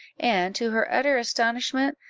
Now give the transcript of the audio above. and, to her utter astonishment,